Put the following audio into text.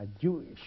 Jewish